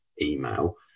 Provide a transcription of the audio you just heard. email